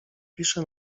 pisze